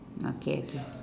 okay okay